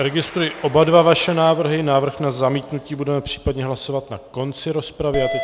Registruji oba vaše návrhy, návrh na zamítnutí budeme případně hlasovat na konci rozpravy.